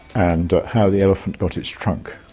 and how the elephant got its trunk,